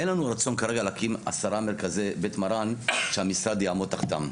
אין לנו רצון כרגע להקים עשרה מרכזי בית מרן שהמשרד יעמוד תחתם.